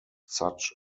such